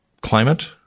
climate